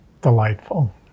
delightful